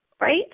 right